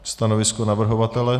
Stanovisko navrhovatele?